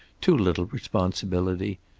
too little responsibility.